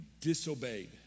disobeyed